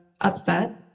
upset